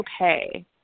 okay